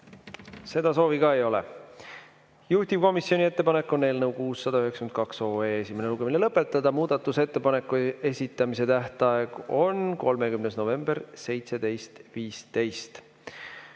Seda soovi ka ei ole. Juhtivkomisjoni ettepanek on eelnõu 692 esimene lugemine lõpetada. Muudatusettepanekute esitamise tähtaeg on 30. november kell 17.15.